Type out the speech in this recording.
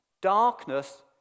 Darkness